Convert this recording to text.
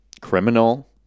criminal